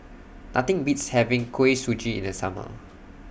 Nothing Beats having Kuih Suji in The Summer